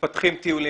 מתפתחים טיולים,